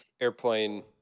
airplane